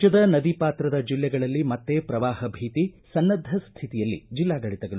ರಾಜ್ಯದ ನದಿ ಪಾತ್ರದ ಜಿಲ್ಲೆಗಳಲ್ಲಿ ಮತ್ತೆ ಪ್ರವಾಹ ಭೀತಿ ಸನ್ನದ್ಧ ಸ್ಥಿತಿಯಲ್ಲಿ ಜಿಲ್ಲಾಡಳಿತಗಳು